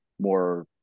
more